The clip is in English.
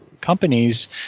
companies